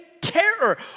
terror